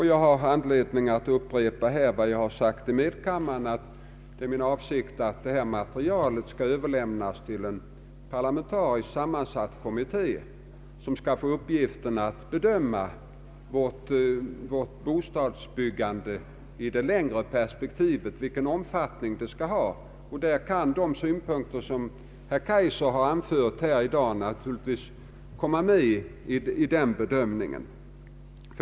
Jag har anledning att upprepa här vad jag sagt i medkammaren, nämligen att det är min avsikt att detta material skall överlämnas till en parlamentariskt sammansatt kommitté, som skall få i uppgift att bedöma vilken omfattning vårt bostadsbyggande skall ha i det längre perspektivet. I den bedömningen kan naturligtvis de synpunkter som herr Kaijser i dag har anfört komma med.